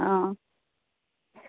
हां